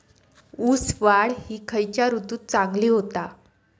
ऊस वाढ ही खयच्या ऋतूत चांगली होता?